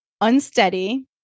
Unsteady